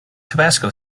tabasco